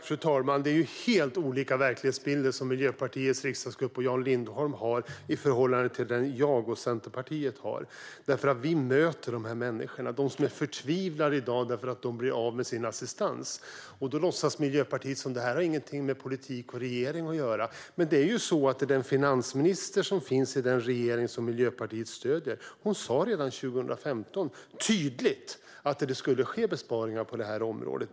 Fru talman! Miljöpartiets riksdagsgrupp och Jan Lindholm har en helt annan verklighetsbild än den som jag och Centerpartiet har. Vi möter ju de här människorna som i dag är förtvivlade därför att de blir av med sin assistans. Då låtsas Miljöpartiet som om det här inte har någonting med politiken och regeringen att göra, men finansministern i den regering som Miljöpartiet stöder sa tydligt redan 2015 att det skulle ske besparingar på det här området.